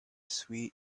sweet